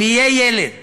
אם יהיה ילד